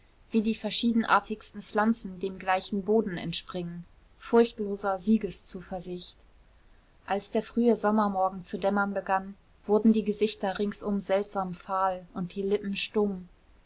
wie die verschiedenartigsten pflanzen dem gleichen boden entspringen furchtloser siegeszuversicht als der frühe sommermorgen zu dämmern begann wurden die gesichter ringsum seltsam fahl und die lippen stumm